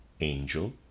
angel